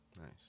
Nice